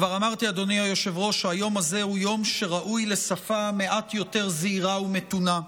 כבר אמרתי שהיום הזה הוא יום שראוי לשפה מעט יותר זהירה ומתונה,